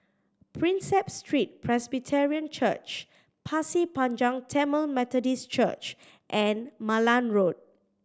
Prinsep Street Presbyterian Church Pasir Panjang Tamil Methodist Church and Malan Road